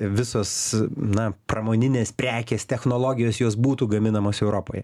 visos na pramoninės prekės technologijos jos būtų gaminamos europoje